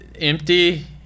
empty